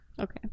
Okay